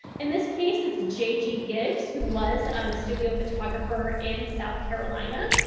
in this case, it's j. g. gibbs, who was um a studio photographer in south carolina,